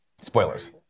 spoilers